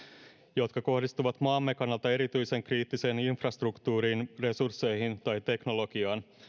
jotka kohdistuvat maamme kannalta erityisen kriittiseen infrastruktuuriin resursseihin tai teknologiaan